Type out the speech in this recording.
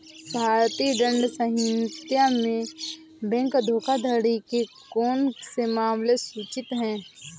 भारतीय दंड संहिता में बैंक धोखाधड़ी के कौन से मामले सूचित हैं?